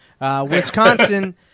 Wisconsin